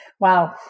wow